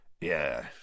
Yeah